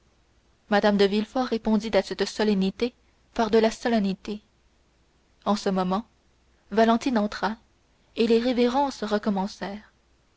mme de villefort répondit à cette solennité par de la solennité en ce moment valentine entra et les révérences recommencèrent